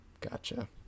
Gotcha